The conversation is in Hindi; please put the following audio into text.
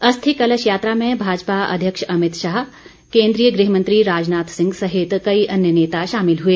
अस्थि कलश यात्रा में भाजपा अध्यक्ष अमित शाह केन्द्रीय गृहमंत्री राजनाथ सिंह सहित कई अन्य नेता शामिल हुए